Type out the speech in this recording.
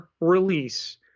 release